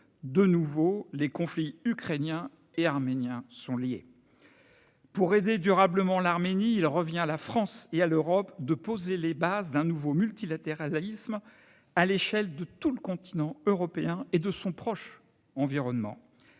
De nouveau, les conflits ukrainien et arménien sont liés. Pour aider durablement l'Arménie, il revient à la France et à l'Europe de poser les bases d'un nouveau multilatéralisme à l'échelle du continent européen et de son proche environnement.